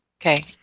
okay